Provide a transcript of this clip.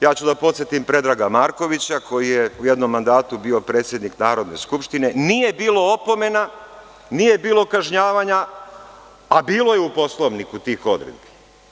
Ja ću da podsetim na Predraga Markovića koji je u jednom mandatu bio predsednik Narodne skupštine, nije bilo opomena, nije bilo kažnjavanja, a bilo je u Poslovniku tih odredbi.